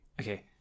Okay